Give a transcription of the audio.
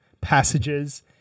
passages